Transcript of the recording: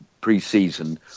pre-season